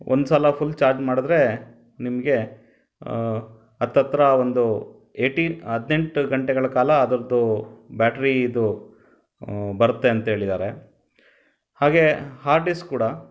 ಒಂದು ಸಲ full charge ಮಾಡಿದ್ರೆ ನಿಮಗೆ ಹತ್ತತ್ತಿರ ಒಂದು ಏಯ್ಟೀನ್ ಹದಿನೆಂಟು ಗಂಟೆಗಳ ಕಾಲ ಅದ್ರದ್ದು ಬ್ಯಾಟ್ರೀ ಇದು ಬರುತ್ತೆ ಅಂತ ಹೇಳಿದ್ದಾರೆ ಹಾಗೇ ಹಾರ್ಡ್ ಡಿಸ್ಕ್ ಕೂಡ